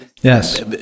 Yes